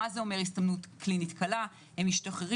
מה זה אומר הסתמנות קלינית קלה הם משתחררים,